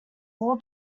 war